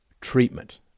treatment